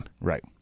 Right